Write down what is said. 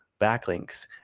backlinks